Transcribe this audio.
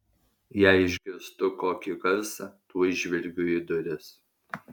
jei išgirstu kokį garsą tuoj žvelgiu į duris